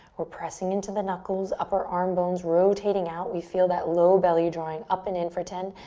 we're pressing into the knuckles. upper arm bones rotating out. we feel that low belly drawing up and in for ten,